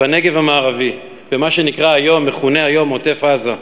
בנגב המערבי, מה שמכונה היום עוטף-עזה.